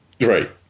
Right